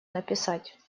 написать